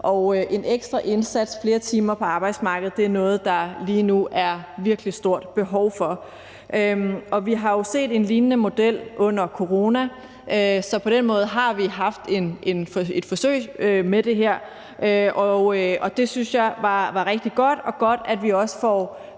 En ekstra indsats og flere timer på arbejdsmarkedet er noget, der lige nu er virkelig stort behov for. Vi har set en lignende model under corona, så på den måde har vi jo gjort et forsøg med det her, og det syntes jeg var rigtig godt, og det er godt, at vi også får